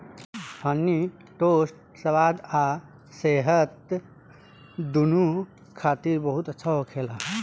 हनी toast स्वाद आ सेहत दूनो खातिर बहुत अच्छा होखेला